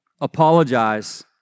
apologize